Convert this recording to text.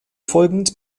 folgend